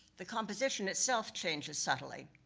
the composition itself changes subtly.